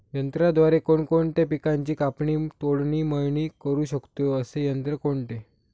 यंत्राद्वारे कोणकोणत्या पिकांची कापणी, तोडणी, मळणी करु शकतो, असे यंत्र कोणते?